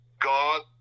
God